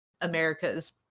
America's